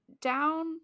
down